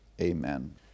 Amen